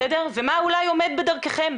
ואולי מה עומד בדרככם.